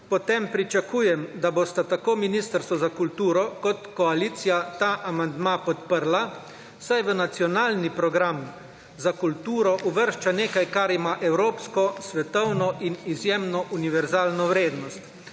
potem pričakujem, da bosta tako ministerstvo za kulturo kot koalicija ta amandma podprla, saj v nacionalni program za kulturo uvršča nekaj kar ima evropsko, svetovno in izjemno univerzalno vrednost.